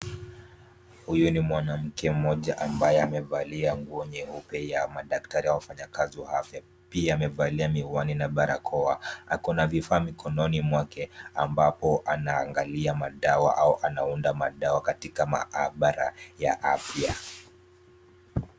Huyu mwanamke ambaye amevalia nguo nyeupe ya madaktari wa afya. Pia amevalia miwani na balakoa. Ako na vifaa mkononi, ambapo anaangalia madawa au anaunda madawa katika maabara ya afya.